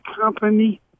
company